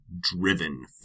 driven